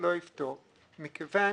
מכיוון